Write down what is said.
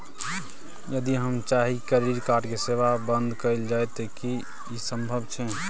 यदि हम चाही की क्रेडिट कार्ड के सेवा बंद कैल जाऊ त की इ संभव छै?